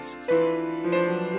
Jesus